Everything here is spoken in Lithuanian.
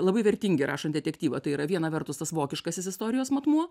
labai vertingi rašant detektyvą tai yra viena vertus tas vokiškasis istorijos matmuo